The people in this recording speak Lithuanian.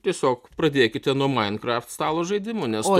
tiesiog pradėkite nuo minecraft stalo žaidimų nes